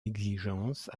exigence